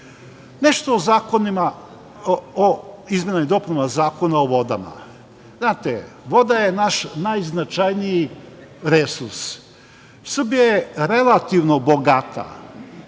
poeni. Nešto o izmenama i dopunama Zakona o vodama. Znate, voda je naš najznačajniji resurs. Srbija je relativno bogata